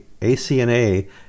ACNA